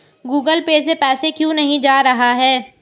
Google Pay से पैसा क्यों नहीं जा रहा है?